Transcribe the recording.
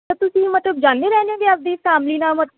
ਅਤੇ ਤੁਸੀਂ ਮਤਲਬ ਜਾਂਦੇ ਰਹਿੰਦੇ ਹੋ ਜੀ ਆਪਣੀ ਫੈਮਲੀ ਨਾਲ